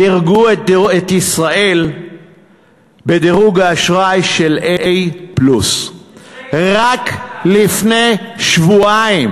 דירגו את ישראל בדירוג האשראי A+ רק לפני שבועיים.